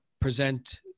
present